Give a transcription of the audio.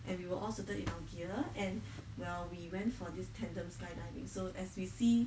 and we were all sitiing in our gear and well we went for this tandem skydiving so as we see